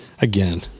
Again